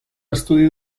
estudi